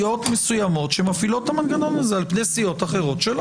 לסיעות מסוימות שמפעילות את המנגנון הזה על פני אחרות שלא.